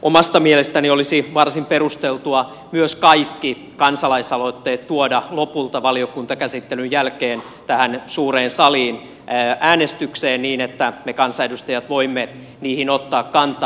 omasta mielestäni olisi varsin perusteltua myös kaikki kansalaisaloitteet tuoda lopulta valiokuntakäsittelyn jälkeen tähän suureen saliin äänestykseen niin että me kansanedustajat voimme niihin ottaa kantaa